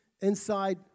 inside